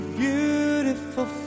beautiful